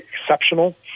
exceptional